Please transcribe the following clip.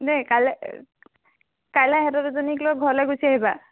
দেই কাইলৈ কাইলৈ এহেঁতৰ তাত দুজনীক লৈ ঘৰলৈ গুচি আহিবা